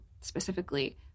specifically